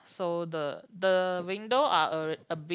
so the the window are a a bit